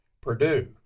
Purdue